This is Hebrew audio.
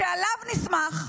שעליו נסמך,